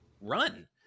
run